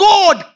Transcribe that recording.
God